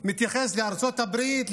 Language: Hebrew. השר התייחס לארצות הברית,